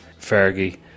Fergie